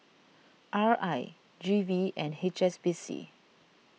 R I G V and H S B C